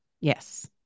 Yes